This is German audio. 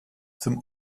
zum